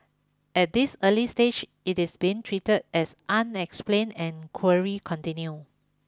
at this early stage it is being treated as unexplained and query continue